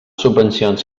subvencions